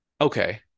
Okay